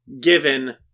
given